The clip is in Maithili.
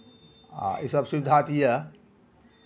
आ इसभ सुविधा तऽ यए